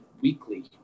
weekly